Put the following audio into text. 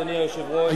אדוני היושב-ראש,